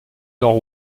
nord